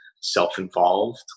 self-involved